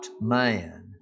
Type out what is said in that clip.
man